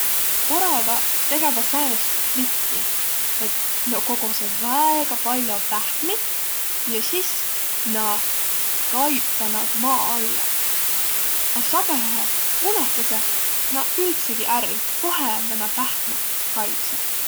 Oravaq tegeväq säänest trikki, et nä kogosõq väega pall'o pähkmit ja sis na kaibvaq naaq maa alla. A sagõhõhe unõhtasõq nä üldsegi ärq, kohe nä naaq pähkmäq kaibsõq.